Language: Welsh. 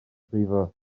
brifo